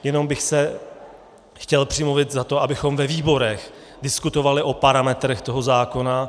Jenom bych se chtěl přimluvit za to, abychom ve výborech diskutovali o parametrech toho zákona.